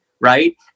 right